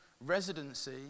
residency